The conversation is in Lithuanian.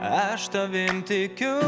aš tavim tikiu